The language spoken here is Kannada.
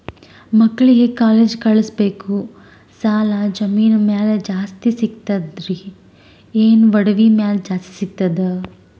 ಮಕ್ಕಳಿಗ ಕಾಲೇಜ್ ಕಳಸಬೇಕು, ಸಾಲ ಜಮೀನ ಮ್ಯಾಲ ಜಾಸ್ತಿ ಸಿಗ್ತದ್ರಿ, ಏನ ಒಡವಿ ಮ್ಯಾಲ ಜಾಸ್ತಿ ಸಿಗತದ?